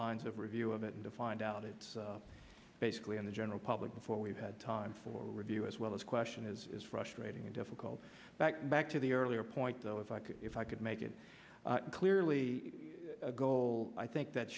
lines of review of it and to find out it's basically on the general public before we've had time for review as well as question is as frustrating and difficult back back to the earlier point though if i could if i could make it clearly a goal i think that